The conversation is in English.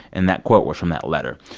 and that quote was from that letter.